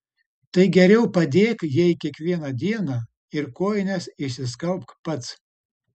tai geriau padėk jai kiekvieną dieną ir kojines išsiskalbk pats